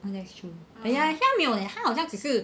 well that's true but ya 他没有 leh 他好像只是